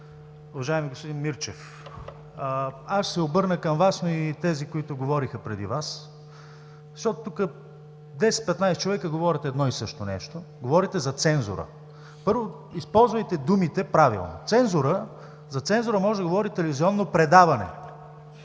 Уважаеми господин Мирчев, аз ще се обърна към Вас и към тези, които говориха преди Вас, защото тук 10-15 човека говорят едно и също нещо – говорите за цензура. Първо, използвайте думите правилно. За цензура може да говори телевизионно предаване,